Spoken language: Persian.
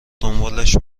دنبالش